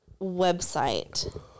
website